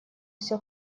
всё